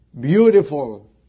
beautiful